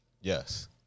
yes